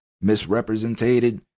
misrepresented